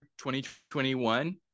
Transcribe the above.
2021